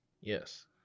Yes